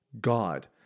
God